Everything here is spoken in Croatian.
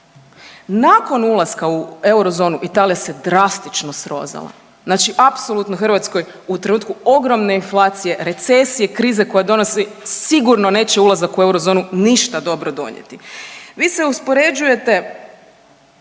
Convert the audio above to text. nakon ulaska u eurozonu Italija se drastično srozala, dakle apsolutno Hrvatskoj u trenutku ogromne inflacije, recesije, krize koja donosi sigurno neće ulazak u eurozonu ništa dobro donijeti. Vi se uspoređujete